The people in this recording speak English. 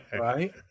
Right